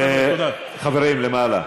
-- חברים למעלה.